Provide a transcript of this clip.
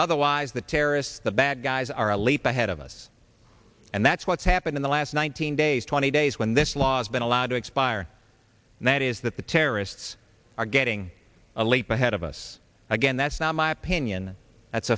otherwise the terrorists the bad guys are a leap ahead of us and that's what's happened in the last one thousand days twenty days when this law has been allowed to expire and that is that the terrorists are getting a late by head of us again that's not my opinion that's